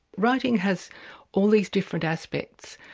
writing has all these different aspects.